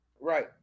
right